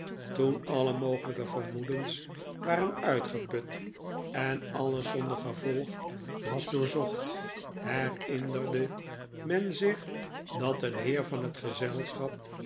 toen alle mogelijke vermoedens waren uitgeput en alles zonder gevolg was doorzocht herinnerde men zich dat een heer van het gezelschap